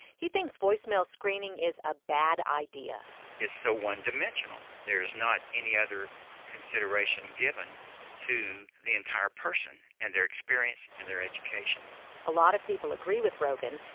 he thinks voicemail screening is a bad idea it's so one-dimensional. there's not any other consideration given to the entire person and their experience and their education a lot of people agree with rogan.